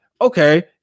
Okay